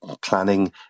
planning